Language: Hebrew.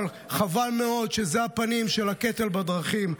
אבל חבל מאוד שאלה הפנים של הקטל בדרכים.